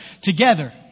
together